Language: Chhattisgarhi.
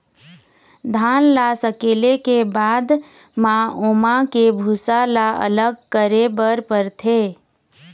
धान ल सकेले के बाद म ओमा के भूसा ल अलग करे बर परथे